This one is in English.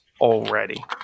already